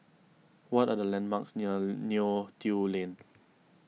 what are the landmarks near Neo Tiew Lane